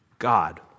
God